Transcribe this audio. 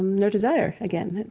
no desire, again.